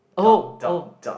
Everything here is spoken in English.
oh oh